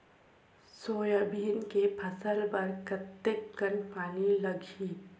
Soybean के फसल बर कतेक कन पानी लगही?